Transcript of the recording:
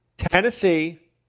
Tennessee